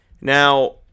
Now